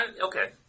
okay